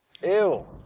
ew